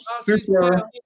super